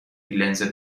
لنز